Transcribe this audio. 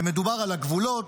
ומדובר על הגבולות,